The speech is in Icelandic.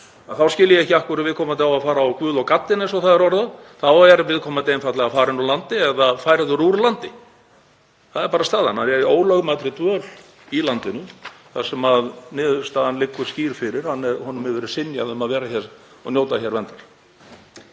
þá skil ég ekki af hverju viðkomandi á að fara á guð og gaddinn, eins og það er orðað. Þá er viðkomandi einfaldlega farinn úr landi eða færður úr landi. Það er bara staðan. Hann er í ólögmætri dvöl í landinu þar sem niðurstaðan liggur skýr fyrir. Honum hefur verið synjað um að vera hér og njóta verndar.